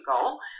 goal